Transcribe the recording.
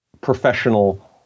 professional